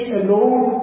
alone